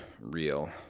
real